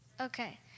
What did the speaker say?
Okay